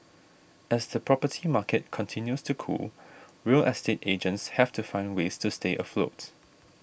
as the property market continues to cool real estate agents have to find ways to stay afloat